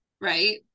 Right